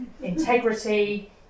integrity